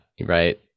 Right